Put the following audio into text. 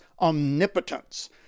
omnipotence